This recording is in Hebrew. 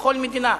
בכל מדינה,